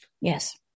Yes